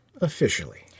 ...officially